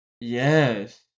Yes